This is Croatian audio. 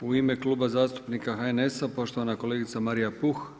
U ime Kluba zastupnika HNS-a poštovana kolegica Marija Puh.